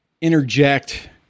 interject